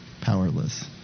powerless